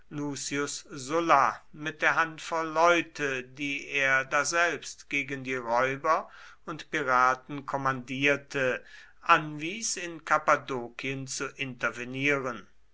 mit der handvoll leute die er daselbst gegen die räuber und piraten kommandierte anwies in kappadokien zu intervenieren